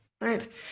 Right